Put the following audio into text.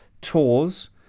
tours